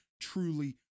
truly